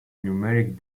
numeric